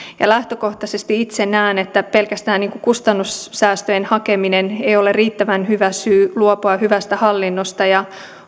lähtökohtaisesti itse näen että pelkästään kustannussäästöjen hakeminen ei ole riittävän hyvä syy luopua hyvästä hallinnosta ja